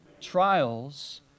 Trials